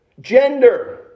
Gender